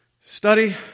study